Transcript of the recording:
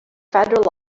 federal